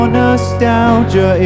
nostalgia